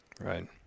Right